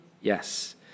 Yes